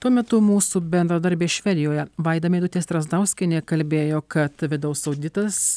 tuo metu mūsų bendradarbė švedijoje vaida meidutė strazdauskienė kalbėjo kad vidaus auditas